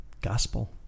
Gospel